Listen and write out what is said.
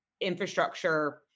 infrastructure